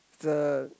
it's a